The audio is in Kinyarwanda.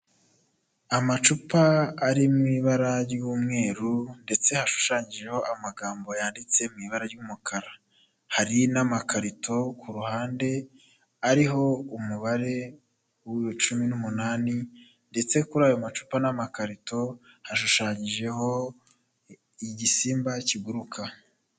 Amacupa ari mu ibara ry'umweru ndetse hashushanyijeho amagambo yanditse mu ibara ry'umukara, hari n'amakarito ku ruhande ariho umubare cumi n'umunani ndetse kuri ayo macupa n'amakarito hashushanyijeho igisimba kiguruka.